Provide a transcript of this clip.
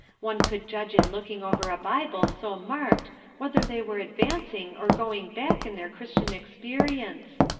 one could judge in looking over a bible so marked whether they were advancing or going back in their christian experience.